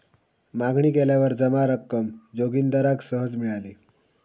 मागणी केल्यावर जमा रक्कम जोगिंदराक सहज मिळाली